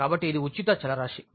కాబట్టి ఇది ఉచిత చలరాశి